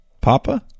Papa